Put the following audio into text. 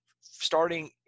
starting